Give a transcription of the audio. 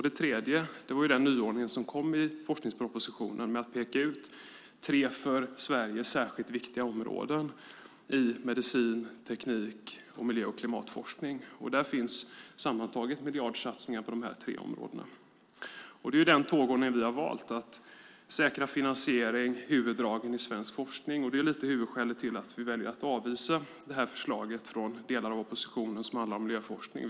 Det tredje spåret är den nyordning som kom i forskningspropositionen med att peka ut tre för Sverige särskilt viktiga områden i medicin, teknik och miljö och klimatforskning. Där finns sammantaget miljardsatsningar på dessa tre områden. Det är denna tågordning vi har valt: att säkra finansiering för huvuddragen i svensk forskning. Det är något av huvudskälet till att vi väljer att avvisa det förslag från delar av oppositionen som handlar om miljöforskning.